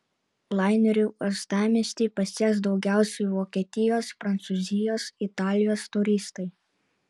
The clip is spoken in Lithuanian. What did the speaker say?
laineriu uostamiestį pasieks daugiausiai vokietijos prancūzijos italijos turistai